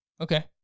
Okay